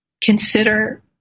consider